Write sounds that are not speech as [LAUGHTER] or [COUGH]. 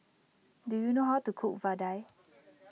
do you know how to cook Vadai [NOISE]